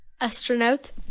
Astronaut